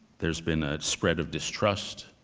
there's been a spread of distrust.